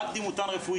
רפואי,